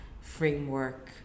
framework